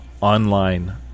online